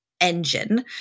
engine